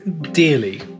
dearly